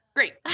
Great